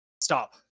stop